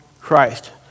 Christ